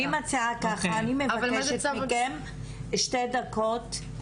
אני מבקשת מכם שתי דקות,